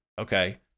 Okay